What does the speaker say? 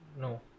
no